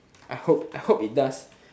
I hope I hope it does